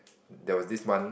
there was this one